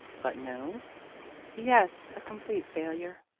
but no yes, a complete failure,